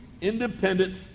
independent